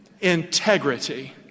Integrity